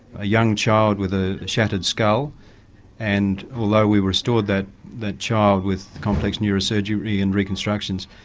a young child with a shattered skull and although we restored that that child with complex neurosurgery and reconstructions,